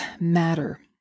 matter